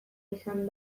izan